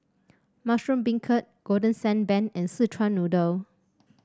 Mushroom Beancurd Golden Sand Bun and Szechuan Noodle